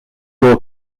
your